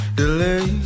delay